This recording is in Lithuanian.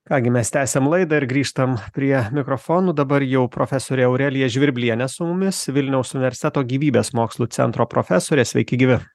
ką gi mes tęsiam laidą ir grįžtam prie mikrofonų dabar jau profesorė aurelija žvirblienė su mumis vilniaus universiteto gyvybės mokslų centro profesorė sveiki gyvi